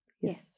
Yes